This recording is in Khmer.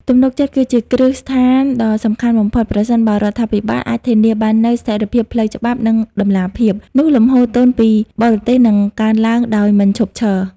ទំនុកចិត្តគឺជាគ្រឹះស្ថានដ៏សំខាន់បំផុត ប្រសិនបើរដ្ឋាភិបាលអាចធានាបាននូវ ស្ថិរភាពផ្លូវច្បាប់ និងតម្លាភាព នោះលំហូរទុនពីបរទេសនឹងកើនឡើងដោយមិនឈប់ឈរ។